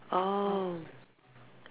oh